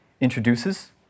introduces